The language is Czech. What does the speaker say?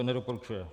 Nedoporučuje.